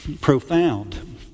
profound